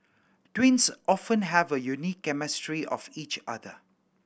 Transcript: twins often have a unique chemistry of each other